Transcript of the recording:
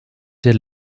der